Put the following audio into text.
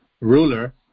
ruler